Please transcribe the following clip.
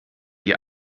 ihr